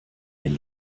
den